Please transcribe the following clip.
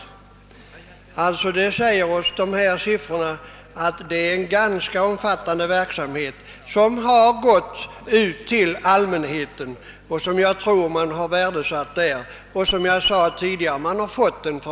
Dessa siffror säger oss att det är en ganska omfattande verksamhet som har